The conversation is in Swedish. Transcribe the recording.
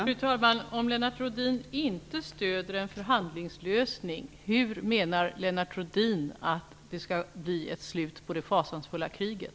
Fru talman! Om Lennart Rohdin inte stöder en förhandlingslösning, hur menar Lennart Rohdin att det kall bli ett slut på det fasansfulla kriget?